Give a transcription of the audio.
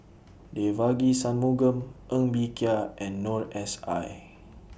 Devagi Sanmugam Ng Bee Kia and Noor S I